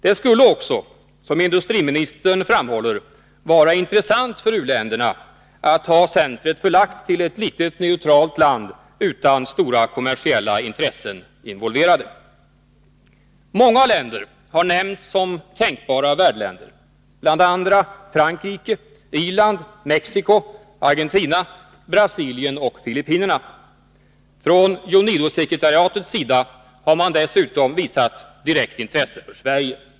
Det skulle också, som industriministern framhöll, vara intressant för u-länderna att ha centret förlagt till ett litet, neutralt land, där stora kommersiella intressen inte är involverade. Många länder har nämnts som tänkbara värdländer, bl.a. Frankrike, Irland, Mexico, Argentina, Brasilien och Filippinerna. Från UNIDO sekretariatets sida har man dessutom visat ett direkt intresse för Sverige.